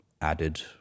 added